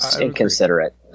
inconsiderate